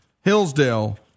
Hillsdale